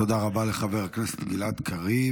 תודה רבה לחבר הכנסת גלעד קריב.